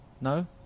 No